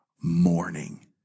morning